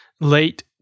late